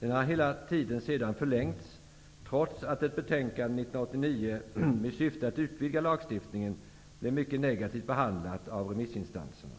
Den har hela tiden sedan förlängts trots att ett betänkande 1989 med syfte att utvidga lagstiftningen blev mycket negativt behandlat av remissinstanserna.